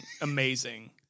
amazing